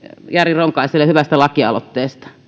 jari ronkaiselle hyvästä lakialoitteesta